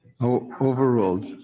Overruled